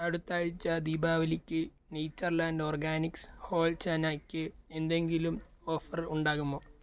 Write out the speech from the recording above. അടുത്ത ആഴ്ച്ച ദീപാവലിക്ക് നേച്ചർ ലാൻഡ് ഓർഗാനിക്സ് ഹോൾ ചനായ്ക്ക് എന്തെങ്കിലും ഓഫർ ഉണ്ടാകുമോ